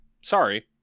Sorry